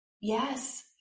Yes